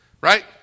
right